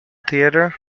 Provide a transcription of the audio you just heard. theater